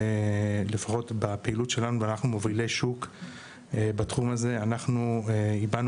לפחות בפעילות שלנו ואנחנו מובילי שוק בתחום הזה אנחנו הבענו